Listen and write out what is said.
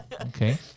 Okay